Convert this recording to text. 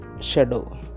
shadow